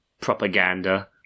propaganda